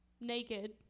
naked